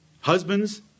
husbands